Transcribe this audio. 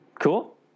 Cool